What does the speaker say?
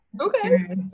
Okay